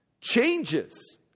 changes